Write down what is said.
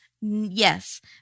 Yes